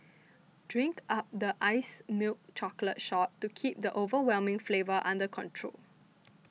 drink up the iced milk chocolate shot to keep the overwhelming flavour under control